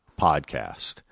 podcast